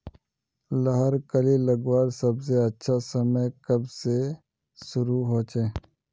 लहर कली लगवार सबसे अच्छा समय कब से शुरू होचए?